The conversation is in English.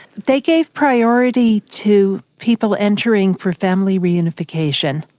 they gave priority to people entering for family reunification,